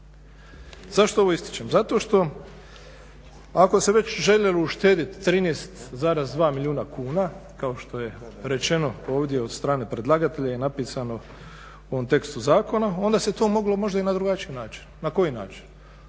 Zašto ovo ističem? Zato što ako se već željelo uštedjeti 13,2 milijuna kuna kao što je rečeno ovdje od strane predlagatelja i napisano u ovom tekstu zakona, onda se to moglo možda i na drugačiji način. Na koji način?